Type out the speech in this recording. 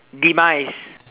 demise